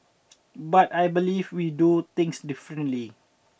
but I believe we do things differently